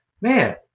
man